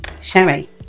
Sherry